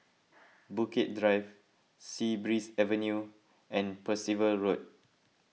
Bukit Drive Sea Breeze Avenue and Percival Road